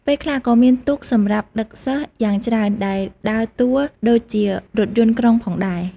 ពេលខ្លះក៏មានទូកសម្រាប់ដឹកសិស្សយ៉ាងច្រើនដែលដើរតួដូចជារថយន្តក្រុងផងដែរ។